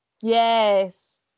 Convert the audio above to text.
yes